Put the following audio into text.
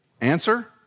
Answer